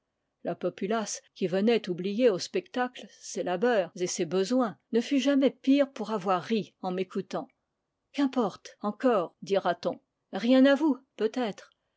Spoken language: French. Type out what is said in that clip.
la populace qui venait oublier au spectacle ses labeurs et ses besoins ne fut jamais pire pour avoir ri en m'écoutant qu'importe encore dira-t-on ri en à vous peutêtre